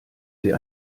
sie